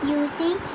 using